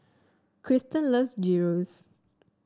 Kristan loves Gyros